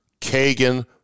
Kagan